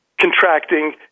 contracting